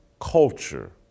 culture